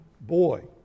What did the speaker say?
boy